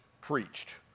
preached